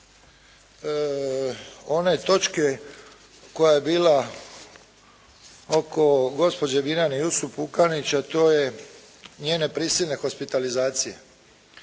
one točke koja je bila oko gospođe Mirjane Jusup Pukanić a to je njene prisilne hospitalizacije.